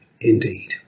indeed